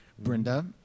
Brenda